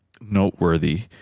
noteworthy